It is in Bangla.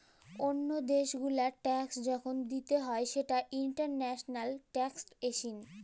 ওল্লো দ্যাশ গুলার ট্যাক্স যখল দিতে হ্যয় সেটা ইন্টারন্যাশনাল ট্যাক্সএশিন